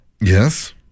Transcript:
Yes